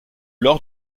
lors